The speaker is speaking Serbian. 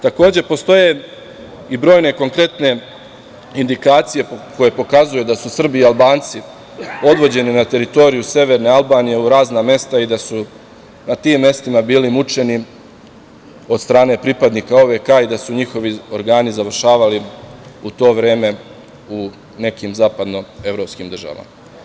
Takođe, postoje i brojne konkretne indikacije koje pokazuju da su Srbi i Albanci odvođeni na teritoriju severne Albanije u razna mesta i da su na tim mestima bili mučeni od strane pripadnika OVK i da su njihovi organi završavali u to vreme u nekim zapadno-evropskim državama.